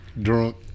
Drunk